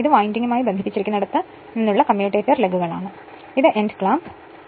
ഇത് വൈൻഡിംഗുമായി ബന്ധിപ്പിച്ചിരിക്കുന്നിടത്ത് നിന്നുള്ള കമ്മ്യൂട്ടേറ്റർ ലഗുകളാണ് ഇത് എൻഡ് ക്ലാമ്പാണ്